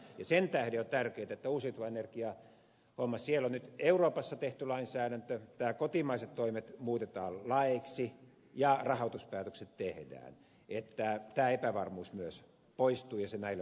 sen tähden on tärkeätä että uusiutuvasta energiasta on nyt euroopassa tehty lainsäädäntö kotimaiset toimet muutetaan laeiksi ja rahoituspäätökset tehdään niin että tämä epävarmuus myös poistuu ja näillä päätöksillä se poistuu